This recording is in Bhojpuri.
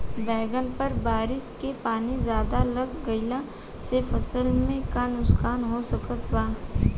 बैंगन पर बारिश के पानी ज्यादा लग गईला से फसल में का नुकसान हो सकत बा?